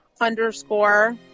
underscore